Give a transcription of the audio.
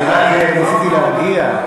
אני רק רציתי להרגיע,